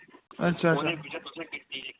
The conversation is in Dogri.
अच्छा अच्छा